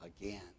again